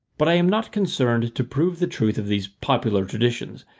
but i am not concerned to prove the truth of these popular traditions.